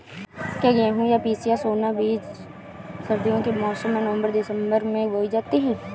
क्या गेहूँ या पिसिया सोना बीज सर्दियों के मौसम में नवम्बर दिसम्बर में बोई जाती है?